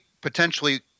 potentially